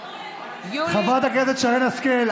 חברת הכנסת שרן השכל,